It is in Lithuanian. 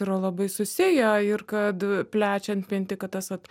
yra labai susiję ir kad plečiant vien tik kad tas vat